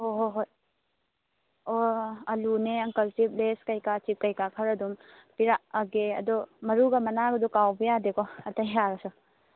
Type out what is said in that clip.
ꯍꯣꯍꯣ ꯍꯣꯏ ꯑꯥ ꯑꯂꯨꯅꯦ ꯑꯪꯀꯜ ꯆꯤꯞ ꯂꯦꯁ ꯀꯩꯀꯥ ꯆꯤꯞ ꯈꯔ ꯑꯗꯨꯝ ꯄꯤꯔꯛꯑꯒꯦ ꯑꯗꯨ ꯃꯔꯨꯒ ꯃꯅꯥꯒꯗꯣ ꯀꯥꯎꯕ ꯌꯥꯗꯦꯀꯣ ꯑꯇꯩ ꯌꯥꯔꯁꯨ